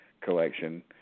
Collection